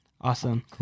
Awesome